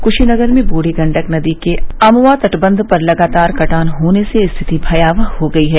कशीनगर में बढ़ी गंडक नदी के अमवा तटबंध पर लगातार कटान होने से स्थिति भयावह हो गई है